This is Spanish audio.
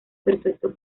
perfecto